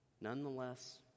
Nonetheless